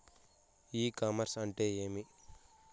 ఇ commerce అంటే ఏమి?